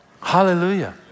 Hallelujah